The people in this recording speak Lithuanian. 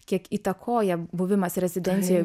kiek įtakoja buvimas rezidencijoj